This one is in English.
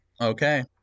Okay